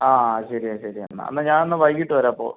ആ ശരിയാ ശരിയാ എന്നാൽ ഞാനെന്നാ വൈകിട്ട് വരാം അപ്പോൾ